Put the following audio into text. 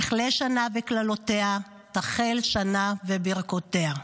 תכלה שנה וקללותיה, תחל שנה וברכותיה.